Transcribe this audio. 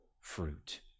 fruit